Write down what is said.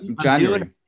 January